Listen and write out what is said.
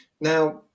now